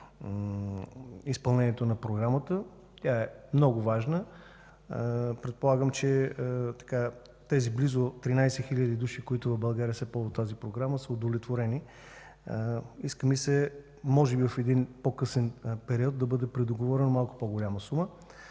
изпълнението на програмата. Тя е много важна. Предполагам, че тези близо 13 хиляди души, които се ползват в България от тази програма, са удовлетворени. Иска ми се, може би в един по-късен период, да бъде предоговорена малко по-голяма сума.